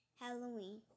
Halloween